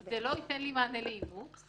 זה לא ייתן לי מענה לאימוץ,